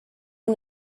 and